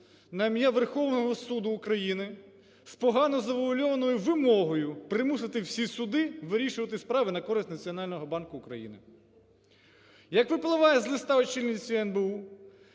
на ім'я Верховного Суду України з погано завуальованою вимогою примусити всі суди вирішувати справи на користь Національного банку України. Як випливає з листа очільниці НБУ,